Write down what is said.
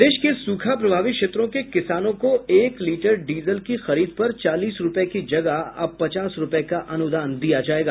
प्रदेश के सूखा प्रभावित क्षेत्रों के किसानों को एक लीटर डीजल की खरीद पर चालीस रुपये की जगह अब पचास रुपये का अनुदान दिया जाएगा